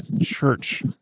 church